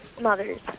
mothers